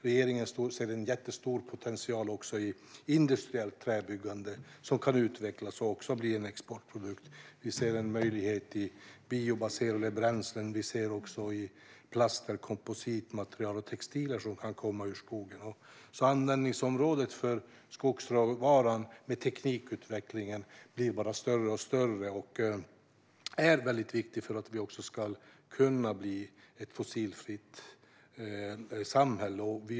Regeringen ser en jättestor potential också i industriellt träbyggande som kan utvecklas och bli en exportprodukt. Vi ser en möjlighet i biobaserade bränslen, plaster, kompositmaterial och textilier som kan komma ur skogen. Användningsområdet för skogsråvaran blir allt större med teknikutvecklingen. Det är väldigt viktigt för att vi ska kunna bli ett fossilfritt samhälle.